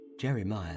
Jeremiah